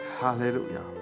Hallelujah